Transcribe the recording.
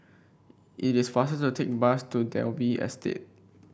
it is faster to take bus to Dalvey Estate